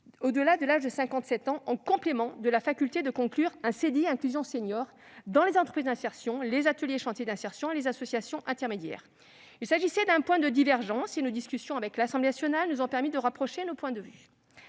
au-delà de l'âge de 57 ans, en complément de la faculté de conclure un « CDI inclusion senior », dans les entreprises d'insertion, les ateliers et chantiers d'insertion et les associations intermédiaires. Sur ce point de divergence, nos discussions avec l'Assemblée nationale nous ont permis de rapprocher nos points de vue.